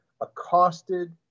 accosted